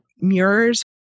mirrors